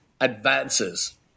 advances